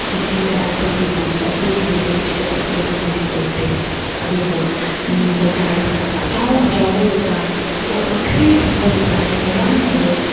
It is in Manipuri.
ꯁꯤꯇꯤꯗ ꯑꯩꯈꯣꯏꯒꯤ ꯂꯝꯗ ꯑꯩꯈꯣꯏꯒꯤ ꯕꯤꯂꯦꯖꯇꯗꯤ ꯑꯗꯨꯒꯨꯝꯕꯗꯤ ꯂꯩꯇꯦ ꯑꯗꯨꯕꯨ ꯕꯖꯥꯔ ꯌꯥꯝꯅ ꯑꯆꯧ ꯑꯆꯧꯕ ꯕꯖꯥꯔ ꯄꯣꯠ ꯃꯈꯩ ꯐꯪꯕ ꯕꯖꯥꯔꯗꯤ ꯃꯌꯥꯝ ꯂꯩꯌꯦ